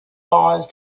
laws